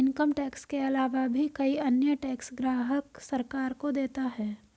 income tax के आलावा भी कई अन्य टैक्स ग्राहक सरकार को देता है